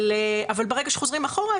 אבל ברגע שחוזרים אחורה,